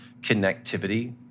connectivity